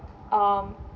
um